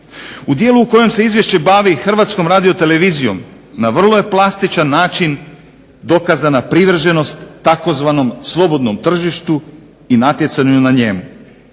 U dijelu u kojem se Izvješće bavi Hrvatskom radiotelevizijom na vrlo je plastičan način dokazana privrženost tzv. slobodnom tržištu i natjecanju na njemu.